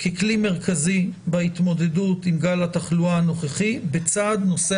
ככלי מרכזי בהתמודדות עם גל התחלואה הנוכחי בצד נושא